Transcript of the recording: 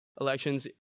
elections